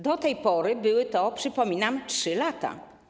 Do tej pory były to - przypominam - 3 lata.